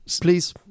please